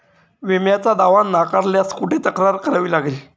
विम्याचा दावा नाकारल्यास कुठे तक्रार करावी लागेल?